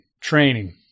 training